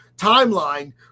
timeline